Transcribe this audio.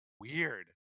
weird